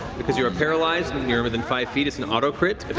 because you are paralyzed and you're within five feet, it's an auto-crit